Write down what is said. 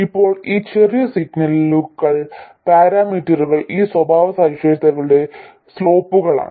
ഇപ്പോൾ ഈ ചെറിയ സിഗ്നലുകൾ പരാമീറ്ററുകൾ ഈ സ്വഭാവസവിശേഷതകളുടെ സ്ലോപ്പുകളാണ്